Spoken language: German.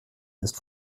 ist